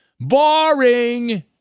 Boring